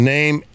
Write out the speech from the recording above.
Name